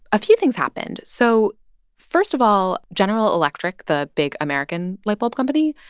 a few things happened. so first of all, general electric, the big, american light bulb company,